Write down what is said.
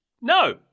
No